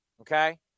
Okay